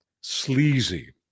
sleazy